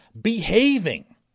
behaving